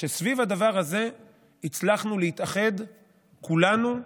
שסביב הדבר הזה הצלחנו להתאחד כולנו,